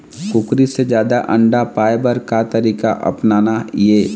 कुकरी से जादा अंडा पाय बर का तरीका अपनाना ये?